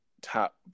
top